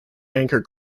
anchor